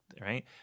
right